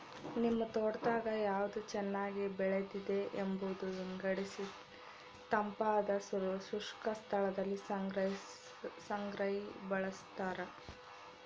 ನಿಮ್ ತೋಟದಾಗ ಯಾವ್ದು ಚೆನ್ನಾಗಿ ಬೆಳೆದಿದೆ ಎಂಬುದ ವಿಂಗಡಿಸಿತಂಪಾದ ಶುಷ್ಕ ಸ್ಥಳದಲ್ಲಿ ಸಂಗ್ರಹಿ ಬಳಸ್ತಾರ